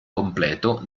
completo